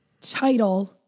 title